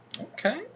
Okay